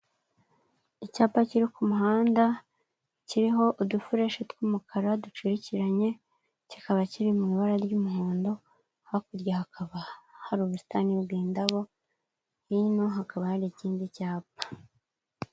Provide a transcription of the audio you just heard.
Icyapa kiri ku muhanda, kiriho udufureshi tw'umukara ducurikiranye, kikaba kiri mu ibara ry'umuhondo, hakurya hakaba hari ubusitani bw'indabo, hino hakaba hari ikindi cyapa.